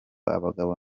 abagabo